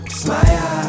smile